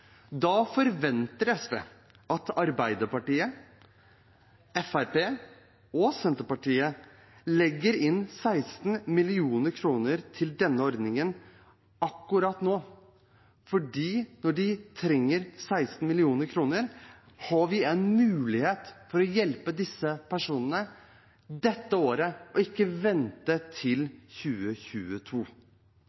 SV forventer at Arbeiderpartiet, Fremskrittspartiet og Senterpartiet legger inn 16 mill. kr til denne ordningen akkurat nå – de trenger 16 mill. kr, og vi har en mulighet til å hjelpe disse personene dette året og ikke vente til